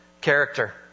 Character